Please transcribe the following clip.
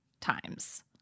times